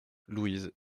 louise